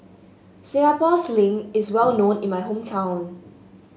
Singapore Sling is well known in my hometown